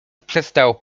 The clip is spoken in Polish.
przestał